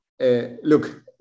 look